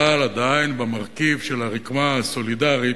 אבל עדיין, במרכיב של הרקמה הסולידרית,